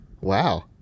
Wow